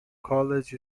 college